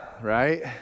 Right